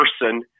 person